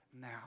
now